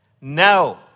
No